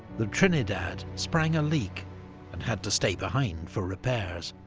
the trinidad sprang a leak and had to stay behind for repairs.